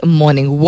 morning